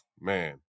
man